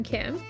Kim